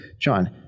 John